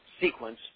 sequence